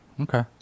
Okay